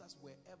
wherever